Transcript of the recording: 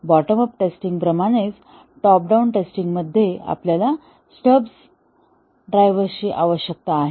bottom up testing प्रमाणेच top down testing मध्ये आपल्याला स्टब्स ड्रायव्हर्सची आवश्यकता आहे